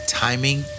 timing